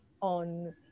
on